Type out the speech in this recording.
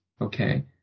okay